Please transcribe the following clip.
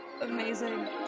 Amazing